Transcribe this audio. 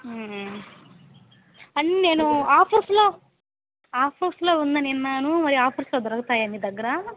కానీ నేను ఆఫర్స్లో ఆఫర్స్లో ఉందని విన్నాను మరి ఆఫర్స్లో దొరుకుతాయా మీ దగ్గర